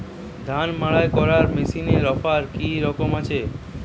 ধান মাড়াই করার মেশিনের অফার কী রকম আছে?